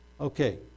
Okay